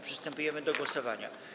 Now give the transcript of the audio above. Przystępujemy do głosowania.